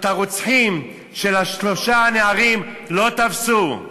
את הרוצחים של שלושת הנערים לא תפסו,